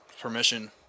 Permission